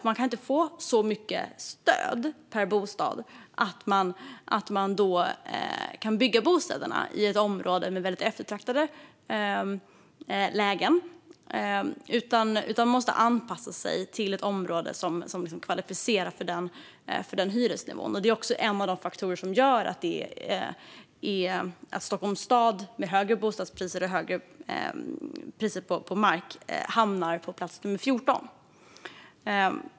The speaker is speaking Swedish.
Man kan inte få så mycket stöd per bostad att man kan bygga bostäderna i ett område med väldigt eftertraktade lägen, utan man måste anpassa sig till ett område som är kvalificerat för den hyresnivån. Det är också en av de faktorer som gör att Stockholms stad, med högre bostadspriser och högre priser på mark, hamnar på plats nummer 14.